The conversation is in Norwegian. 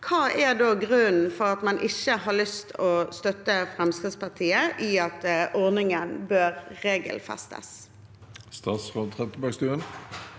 hva er grunnen til at man ikke har lyst til å støtte Fremskrittspartiet i at ordningen bør regelfestes? Statsråd Anette Trettebergstuen